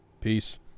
Peace